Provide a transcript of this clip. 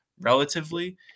relatively